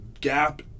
gap